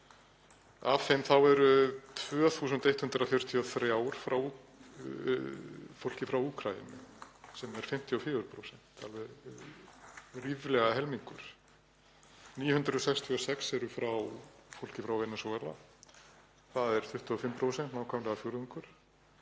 Af þeim eru 2.143 frá fólki frá Úkraínu sem er 54%, ríflega helmingur. 966 eru frá fólki frá Venesúela. Það eru 25%, nákvæmlega fjórðungur.